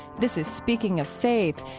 this is speaking of faith.